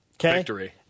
Victory